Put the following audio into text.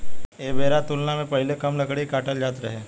ऐ बेरा तुलना मे पहीले कम लकड़ी के काटल जात रहे